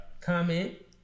comment